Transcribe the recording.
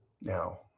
Now